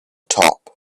top